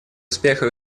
успеха